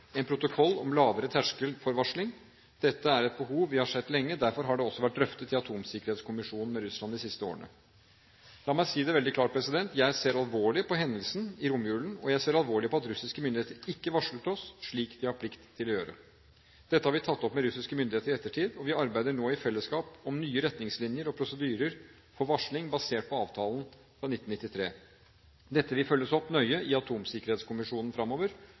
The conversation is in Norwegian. en protokoll om lavere terskel for varsling. Dette er et behov vi har sett lenge, derfor har det også vært drøftet i atomsikkerhetskommisjonen med Russland de siste årene. La meg si det veldig klart: Jeg ser alvorlig på hendelsen i romjulen, og jeg ser alvorlig på at russiske myndigheter ikke varslet oss, slik de har plikt til å gjøre. Dette har vi tatt opp med russiske myndigheter i ettertid, og vi arbeider nå i fellesskap om nye retningslinjer og prosedyrer for varsling basert på avtalen fra 1993. Dette vil følges opp nøye i atomsikkerhetskommisjonen